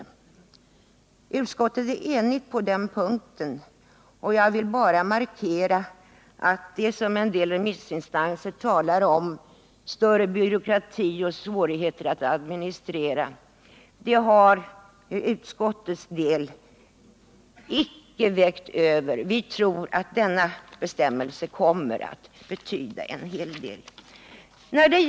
Utskottet är enigt på den punkten. Jag vill bara markera att det som en del remissinstanser talar om — större byråkrati och svårigheter i administrationen — för utskottets del icke har vägt över. Vi tror att denna bestämmelse kommer att betyda en hel del.